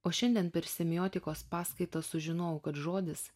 o šiandien per semiotikos paskaitą sužinojau kad žodis